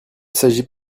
s’agit